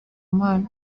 mana